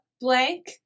blank